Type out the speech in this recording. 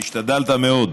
השתדלת מאוד.